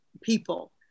people